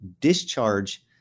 discharge